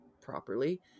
properly